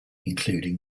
including